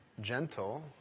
Gentle